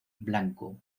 blanco